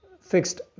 fixed